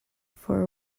for